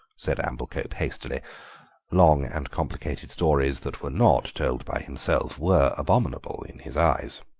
said amblecope hastily long and complicated stories that were not told by himself were abominable in his eyes